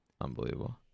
Unbelievable